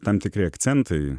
tam tikri akcentai